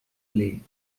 play